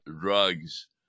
drugs